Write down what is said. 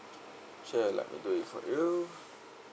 sure let me do it for you